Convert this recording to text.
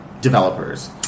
developers